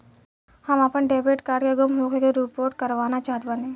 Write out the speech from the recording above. हम आपन debit card के गुम होखे के रिपोर्ट करवाना चाहत बानी